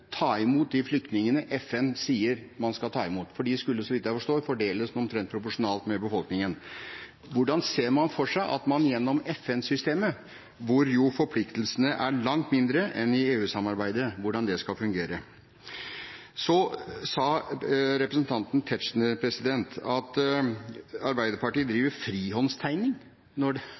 ta imot de flyktningene FN sier man skal ta imot? De skulle, så vidt jeg forstår, fordeles omtrent proporsjonalt med befolkningen. Hvordan ser man for seg at det skal fungere gjennom FN-systemet, hvor jo forpliktelsene er langt mindre enn i EU-samarbeidet? Så sa representanten Tetzschner at Arbeiderpartiet driver frihåndstegning når det